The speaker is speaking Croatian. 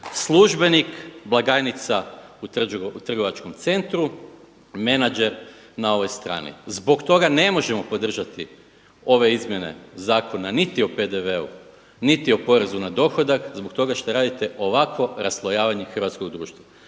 Službenik, blagajnica u trgovačkom centru, menadžer na ovoj strani. Zbog toga ne možemo podržati ove izmjene zakona niti o PDV-u, niti o porezu na dohodak zbog toga što radite ovakvo raslojavanje hrvatskog društva.